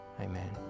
Amen